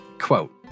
Quote